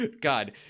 God